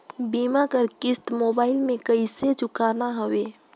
बीमा कर किस्त मोबाइल से कइसे चुकाना हवे